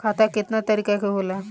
खाता केतना तरीका के होला?